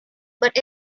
but